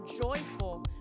joyful